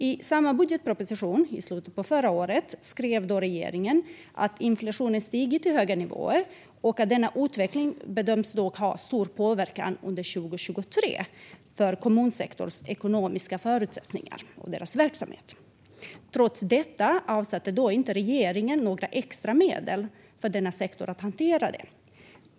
I samma budgetproposition i slutet av förra året skrev regeringen att inflationen stiger till höga nivåer och att denna utveckling bedöms ha stor påverkan under 2023 för kommunsektorns ekonomiska förutsättningar och verksamhet. Trots detta avsatte regeringen inte några extra medel till denna sektor för att hantera detta.